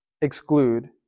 exclude